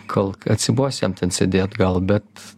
kol atsibos jam ten sėdėt gal bet